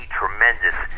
tremendous